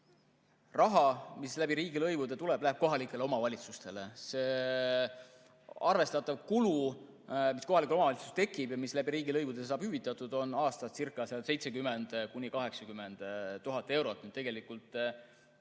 Raha, mis läbi riigilõivude tuleb, läheb kohalikele omavalitsustele. Arvestatav kulu, mis kohalikel omavalitsustel tekib ja mis riigilõivudega saab hüvitatud, on aastascirca70 000 – 80 000 eurot.